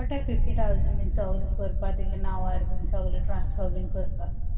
पोडटाय fifty thousand बीन सोगळें कोरपा तुगेलें नावार बीन सोगळें ट्रांस्फर कोरपा